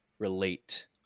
relate